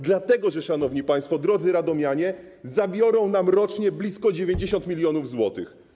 Dlatego że, szanowni państwo, drodzy radomianie, zabiorą nam rocznie blisko 90 mln zł.